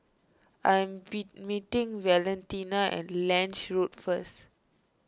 I am meeting Valentina at Lange Road first